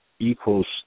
equals